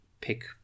pick